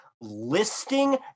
listing